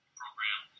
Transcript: program